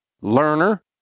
learner